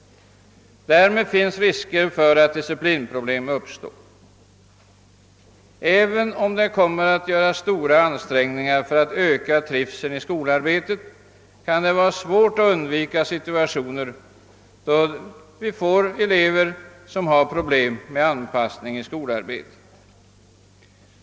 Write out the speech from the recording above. Därmed finns risk för att disciplinproblem uppstår. även om det kommer att göras stora ansträngningar för att öka trivseln i skolarbetet, kan det vara svårt att undgå att en del elever får problem med anpassningen i skolarbetet.